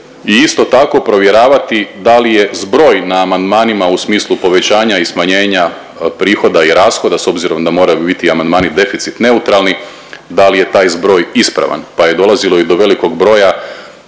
isto tako provjeravati da li je zbroj na amandmanima u smislu povećanja i smanjenja prihoda i rashoda s obzirom da moraju biti amandmani deficit neutralni da li je taj zbroj ispravan, pa je dolazilo i do velikog broja